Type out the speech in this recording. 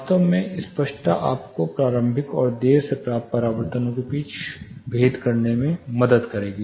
वास्तव में स्पष्टता आपको प्रारंभिक और देर से प्राप्त परिवर्तनों के बीच भेद करने में मदद करेगी